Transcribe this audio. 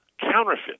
counterfeit